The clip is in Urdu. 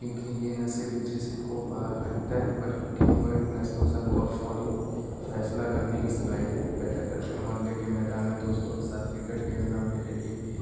کیونکہ یہ نہ صرف جسم کو فعال رکھتا ہے بلکہ ٹیم ورک نظم و ضبط اور فوری فیصلہ کرنے کی صلاحیت بھی پیدا کرتے ہیں محلے کے میدانوں میں دوستوں کے ساتھ کرکٹ کھیلنا میرے لیے